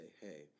hey